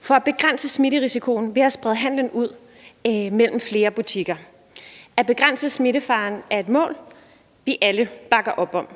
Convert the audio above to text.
for at begrænse smitterisikoen ved at sprede handelen ud mellem flere butikker. At begrænse smittefaren er et mål, vi alle bakker op om.